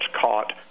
caught